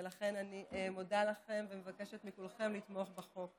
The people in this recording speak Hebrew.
ולכן, אני מודה לכם, ומבקשת מכולכם לתמוך בחוק.